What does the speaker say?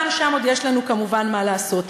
גם שם עוד יש לנו כמובן מה לעשות.